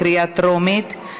בקריאה טרומית.